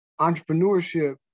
entrepreneurship